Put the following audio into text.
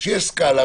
שיש סקאלה,